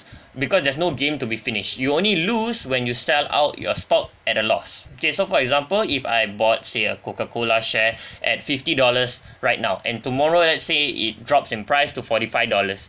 because there's no game to be finished you only lose when you sell out your stock at a loss okay so for example if I bought say a coca cola share at fifty dollars right now and tomorrow let's say it drops in price to forty five dollars